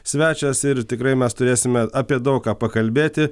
svečias ir tikrai mes turėsime apie daug ką pakalbėti